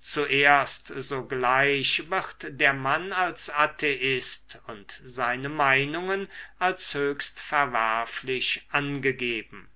zuerst sogleich wird der mann als atheist und seine meinungen als höchst verwerflich angegeben